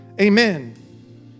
Amen